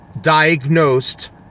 diagnosed